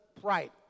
pride